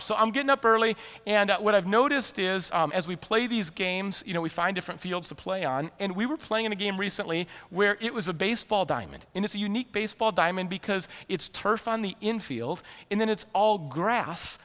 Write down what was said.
so i'm getting up early and what i've noticed is as we play these games you know we find different fields to play on and we were playing a game recently where it was a baseball diamond and it's a unique baseball diamond because it's turf on the infield in that it's all grass